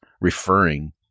referring